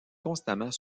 constamment